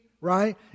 right